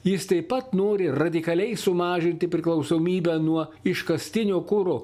jis taip pat nori radikaliai sumažinti priklausomybę nuo iškastinio kuro